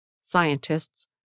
Scientists